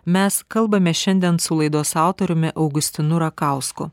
mes kalbame šiandien su laidos autoriumi augustinu rakausku